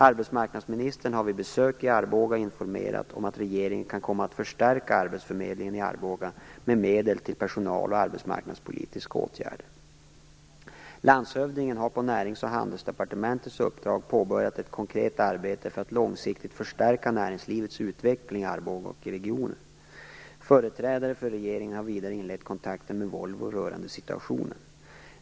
Arbetsmarknadsministern har vid besök i Arboga informerat om att regeringen kan komma att förstärka arbetsförmedlingen i Arboga med medel till personaloch arbetsmarknadspolitiska åtgärder. Landshövdingen har på Närings och handelsdepartementets uppdrag påbörjat ett konkret arbete för att långsiktigt förstärka näringslivets utveckling i Företrädare för regeringen har vidare inlett kontakter med Volvo rörande situationen.